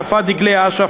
הנפת דגלי אש"ף,